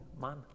man